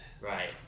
right